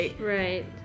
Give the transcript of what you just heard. right